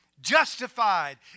justified